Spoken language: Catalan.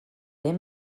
ben